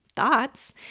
Thoughts